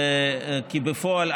כי בפועל,